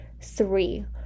three